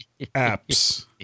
apps